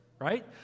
right